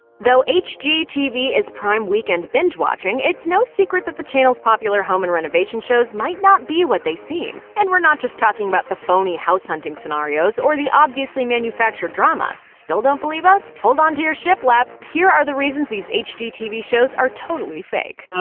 though hgtv is prime weekend binge watching, it's no secret that the channel's popular home and renovation shows might not be what they seem. and we're not just talking about the phony house-hunting scenarios, or the obviously manufactured drama. still don't believe us? hold onto your shiplap, here the reasons these hgtv shows are totally fake.